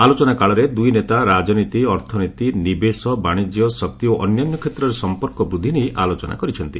ଆଲୋଚନା କାଳରେ ଦୁଇ ନେତା ରାଜନୀତି ଅର୍ଥନୀତି ନିବେଶ ବାଣିଜ୍ୟ ଶକ୍ତି ଓ ଅନ୍ୟାନ୍ୟ କ୍ଷେତ୍ରରେ ସମ୍ପର୍କ ବୃଦ୍ଧି ନେଇ ଆଲୋଚନା କରିଛନ୍ତି